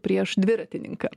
prieš dviratininką